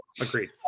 Agreed